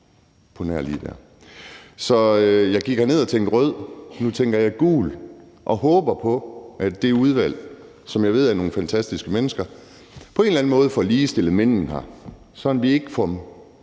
jeg, at jeg vil stemme gult, og håber på, at det udvalg, som jeg ved består af nogle fantastiske mennesker, på en eller anden måde får ligestillet mændene her, sådan at vi ikke får